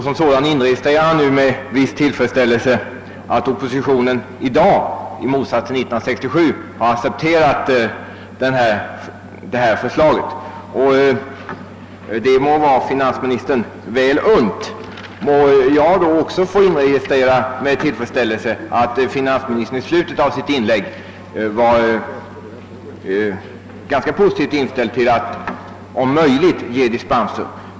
Som sådan inregistrerar han nu med viss tillfredsställelse att oppositionen i dag i motsats till 1967 accepterat hans förslag. Det må vara finansministern väl unt. Men må jag då också med tillfredsställelse få inregistrera att finansministern i slutet av sitt inlägg ställde sig relativt positiv till möjligheten att ge dispenser.